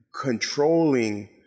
controlling